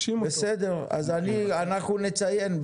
בסדר, אז אני, אנחנו נציין.